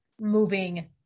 moving